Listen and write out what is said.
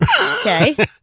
Okay